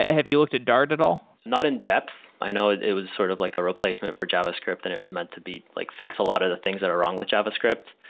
ah have you looked at dart at all? not in depth. i know it it was sort of like a replacement for javascript than it was meant to be, like fix a lot of the things that are wrong with javascript.